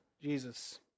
Jesus